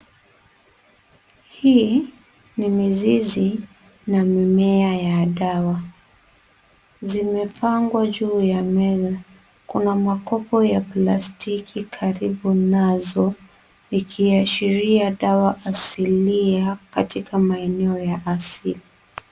Hii ni mizizi na mimea ya dawa. Zimepangwa juu ya meza. Kuna makopo ya plastiki karibu nazo, ikiashiria dawa asili katika maeneo ya asili.